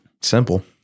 simple